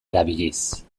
erabiliz